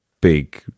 big